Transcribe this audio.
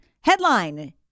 Headline